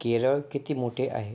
केरळ किती मोठे आहे